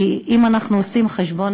כי אם אנחנו עושים חשבון,